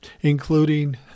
including